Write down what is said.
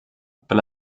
per